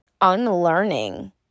unlearning